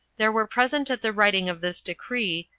there were present at the writing of this decree,